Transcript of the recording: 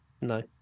No